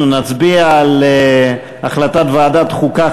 אנחנו נצביע על החלטת ועדת החוקה,